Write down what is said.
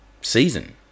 season